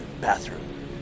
bathroom